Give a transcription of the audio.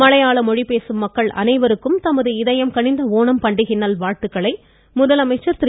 மலையாள மொழி பேசும் மக்கள் அனைவருக்கும் தமது இதயம் கனிந்த ஒணம் பண்டிகை நல்வாழ்த்துக்களை முதலமைச்சர் திரு